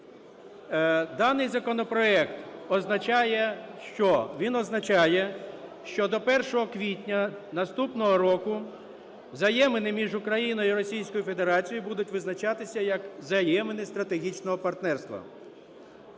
означає, що… він означає, що до 1 квітня наступного року взаємини між Україною і Російською Федерацією будуть визначатися як взаємини стратегічного партнерства,